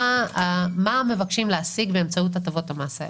מה מבקשים להשיג באמצעות הטבות המס הללו?